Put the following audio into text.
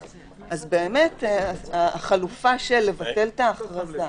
אז החלופה של לבטל את ההכרזה,